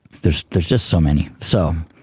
there's there's just so many. so